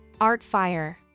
Artfire